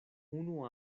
unu